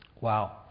Wow